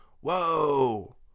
Whoa